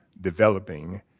developing